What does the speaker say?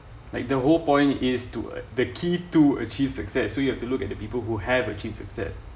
like the whole point is to the key to achieve success so you have to look at the people who have achieved success